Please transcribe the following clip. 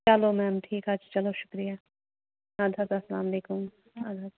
چَلو میم ٹھیٖک حظ چھِ چَلو شُکریہ اَدٕ حظ اسلام علیکُم اَدٕ حظ